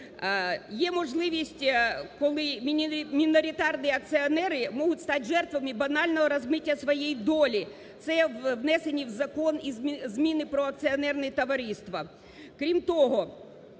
є можливість, коли міноритарні акціонери могут стать жертвами банального размытия своей доли. Це внесені в закон зміни про акціонерні товариства.